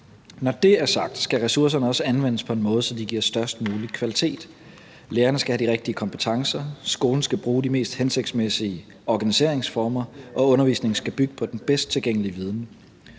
Når det er sagt, skal ressourcerne også anvendes på en måde, så de giver størst mulig kvalitet. Lærerne skal have de rigtige kompetencer, skolen skal bruge de mest hensigtsmæssige organiseringsformer, og undervisningen skal bygge på den bedst tilgængelige viden.